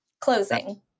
Closing